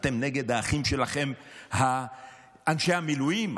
אתם נגד האחים שלכם אנשי המילואים,